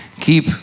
keep